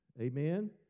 Amen